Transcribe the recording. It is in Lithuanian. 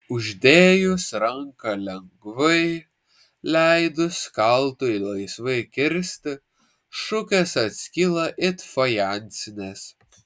uždėjus ranką lengvai leidus kaltui laisvai kirsti šukės atskyla it fajansinės